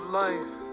life